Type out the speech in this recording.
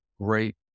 great